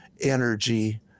energy